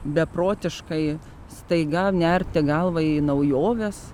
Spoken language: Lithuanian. beprotiškai staiga nerti galva į naujoves